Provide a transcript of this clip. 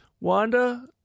Wanda